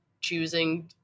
choosing